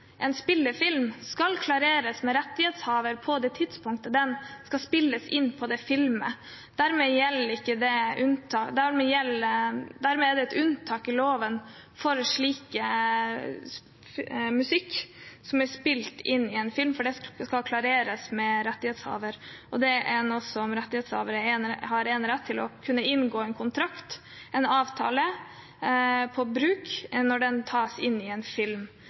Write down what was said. en spillefilm, skal klareres med rettighetshaver på det tidspunktet det spilles inn i filmen. Dermed er det et unntak i loven for slik musikk som er spilt inn i en film, for det skal klareres med rettighetshaver. Det er noe rettighetshaver har enerett til: å kunne inngå en kontrakt, en avtale for bruk, når det tas inn i en film.